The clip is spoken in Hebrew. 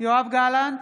יואב גלנט,